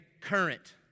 current